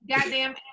Goddamn